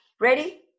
ready